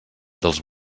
dels